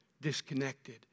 disconnected